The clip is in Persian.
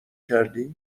کردی